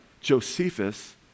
Josephus